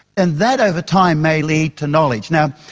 and that over time may lead to knowledge. now,